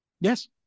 Yes